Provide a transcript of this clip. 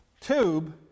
tube